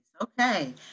Okay